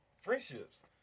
friendships